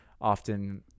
often